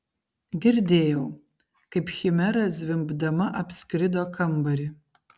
girdėjau kaip chimera zvimbdama apskrido kambarį